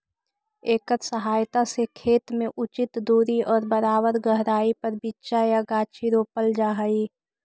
एकर सहायता से खेत में उचित दूरी और बराबर गहराई पर बीचा या गाछी रोपल जा हई